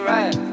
Right